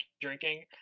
drinking